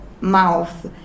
mouth